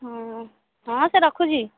ହୁଁ ହଁ ସେ ରଖୁଛି